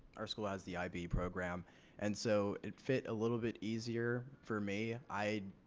our school was the ib program and so it fit a little bit easier for me. i